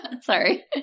Sorry